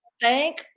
thank